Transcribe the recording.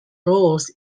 roles